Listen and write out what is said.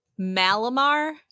Malamar